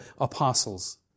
apostles